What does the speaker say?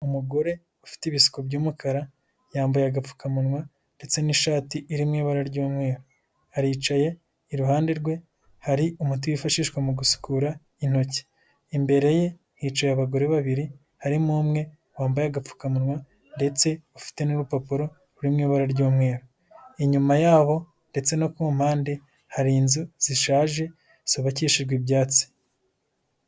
Umugore ufite ibisuko by'umukara yambaye agapfukamunwa ndetse n'ishati iri mu ibara ry'umweru aricaye, iruhande rwe hari umuti wifashishwa mu gusukura ni ntoki. imbere ye hicaye abagore babiri harimo umwe wambaye agapfukawa ndetse afite n'urupapuro rumwe, ibara ry'mweru inyuma yabo ndetse no ku mpande hari inzu zishaje zubakishijwe ibyatsi.